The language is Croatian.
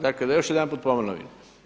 Dakle, da još jedanput ponovim.